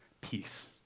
peace